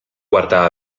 quarta